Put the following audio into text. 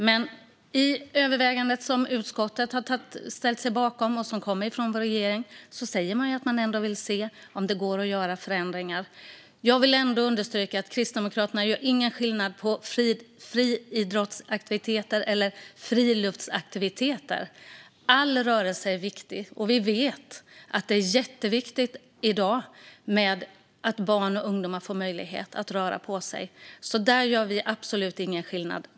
Men i det övervägande som utskottet har ställt sig bakom och som kommer från vår regering säger man att man vill se om det går att göra förändringar. Jag vill understryka att Kristdemokraterna inte gör någon skillnad på friidrottsaktiviteter och friluftsaktiviteter. All rörelse är viktig. Vi vet att det är jätteviktigt i dag att barn och ungdomar får möjlighet att röra på sig. Där gör vi absolut ingen skillnad.